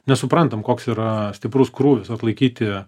nes suprantam koks yra stiprus krūvis atlaikyti